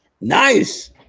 Nice